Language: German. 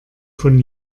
von